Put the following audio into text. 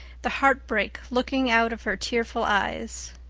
the heartbreak looking out of her tearful eyes.